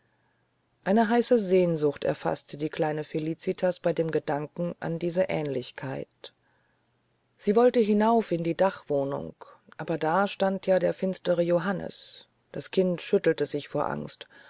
eine heiße sehnsucht erfaßte die kleine felicitas bei dem gedanken an diese aehnlichkeit sie wollte hinauf in die dachwohnung aber da stand ja der finstere johannes das kind schüttelte sich vor angst